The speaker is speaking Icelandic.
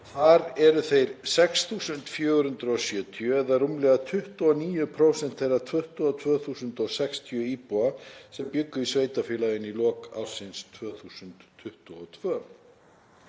Þar eru þeir 6.470, eða rúmlega 29 prósent þeirra 22.060 íbúa sem bjuggu í sveitarfélaginu í lok árs 2022.“